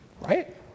right